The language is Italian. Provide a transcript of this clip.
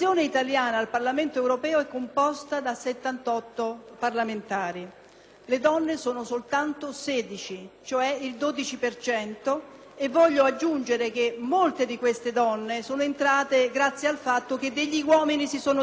cioè il 12 per cento, e voglio aggiungere che molte di queste donne sono entrate grazie al fatto che alcuni uomini si sono dimessi, quindi in prima elezione erano state escluse. Dunque portiamo la maglia nera